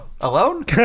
alone